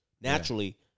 Naturally